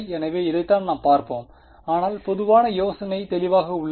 எனவே இதைத்தான் நாம் பார்ப்போம் ஆனால் பொதுவான யோசனை தெளிவாக உள்ளது